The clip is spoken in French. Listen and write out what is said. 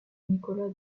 nicolas